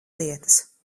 lietas